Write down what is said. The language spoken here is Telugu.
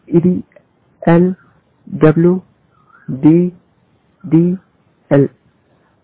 ఇది L W D D L